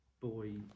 boy